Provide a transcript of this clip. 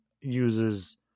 uses